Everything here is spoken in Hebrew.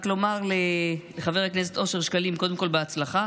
רק לומר לחבר הכנסת אושר שקלים, קודם כול בהצלחה,